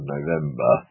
November